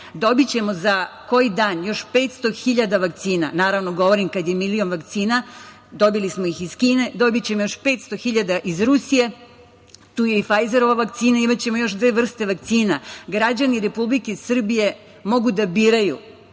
Dobićemo za koji dan još 500.000 vakcina. Naravno, govorim kada je milion vakcina, dobili smo ih iz Kine, dobićemo još 500.000 iz Rusije. Tu je i Fajzerova vakcina. Imaćemo još dve vrste vakcina. Građani Republike Srbije mogu da biraju.